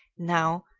now,